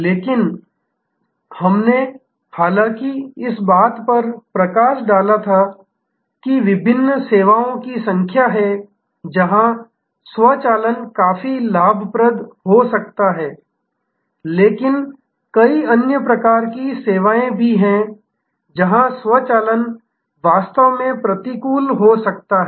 लेकिन हमने हालांकि इस बात पर प्रकाश डाला था कि विभिन्न सेवाओं की संख्या है जहाँ स्वचालन काफी लाभदायक हो सकता है लेकिन कई अन्य प्रकार की सेवाएँ भी हैं जहाँ स्वचालन वास्तव में प्रतिकूल हो सकता है